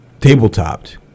tabletopped